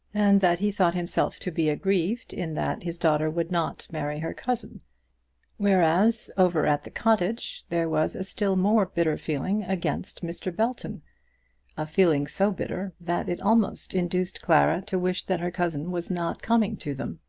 and that he thought himself to be aggrieved in that his daughter would not marry her cousin whereas, over at the cottage, there was a still more bitter feeling against mr. belton a feeling so bitter, that it almost induced clara to wish that her cousin was not coming to them.